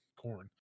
corn